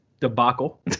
debacle